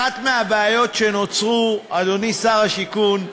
אחת הבעיות שנוצרו, אדוני שר השיכון,